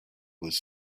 was